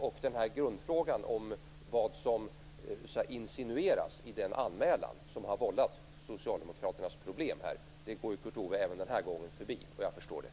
Jag förstår att grundfrågan om vad som insinueras i den anmälan som har vållat socialdemokraternas problem går Kurt Ove Johansson förbi även den här gången.